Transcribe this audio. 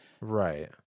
Right